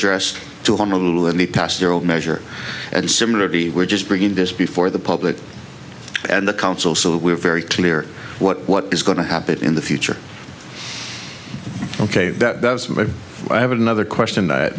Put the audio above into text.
dressed to him a little in the past year old measure and similar to the we're just bringing this before the public and the council so we're very clear what what is going to happen in the future ok i have another question